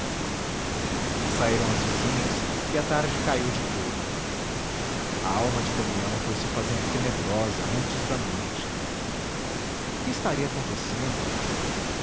saíram as vizinhas e a tarde caiu de todo a alma de damião foi-se fazendo tenebrosa antes da noite que estaria acontecendo